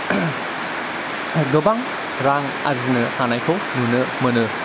गोबां रां आरजिनो हानायखौ नुनो मोनो